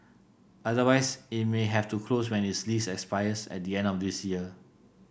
otherwise it may have to close when its lease expires at the end of this year